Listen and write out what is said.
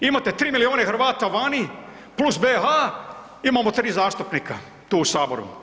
Imate 3 milijuna Hrvata vani + BH, imamo 3 zastupnika tu u saboru.